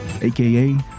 AKA